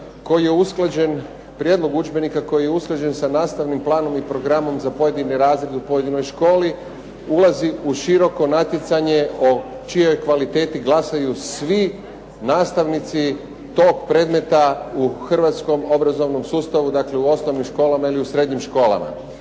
koji je usklađen, prijedlog udžbenika koji je usklađen sa nastavnim planom i programom za pojedine razrede u pojedinoj školi ulazi u široko natjecanje o čijoj kvaliteti glasaju svi nastavnici tog predmeta u hrvatskom obrazovnom sustavu, dakle u osnovnim školama ili u srednjim školama.